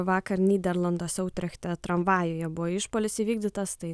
vakar nyderlanduose utrechte tramvajuje buvo išpuolis įvykdytas tai